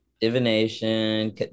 divination